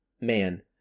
man